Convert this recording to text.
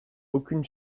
aucune